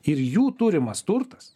ir jų turimas turtas